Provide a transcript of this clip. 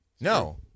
No